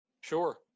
Sure